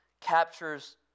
captures